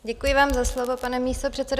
Děkuji vám za slovo, pane místopředsedo.